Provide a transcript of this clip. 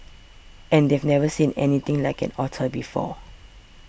and they've never seen anything like an otter before